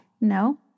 no